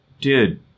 dude